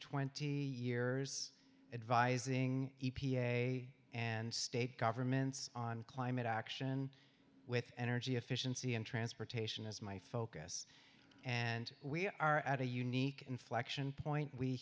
twenty years advising e p a and state governments on climate action with energy efficiency and transportation is my focus and we are at a unique inflection point we